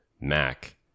Mac